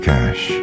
Cash